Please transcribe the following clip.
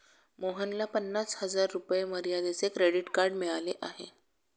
मोहनला पन्नास हजार रुपये मर्यादेचे क्रेडिट कार्ड मिळाले आहे